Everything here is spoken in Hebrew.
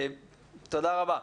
תודה רבה.